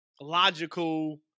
logical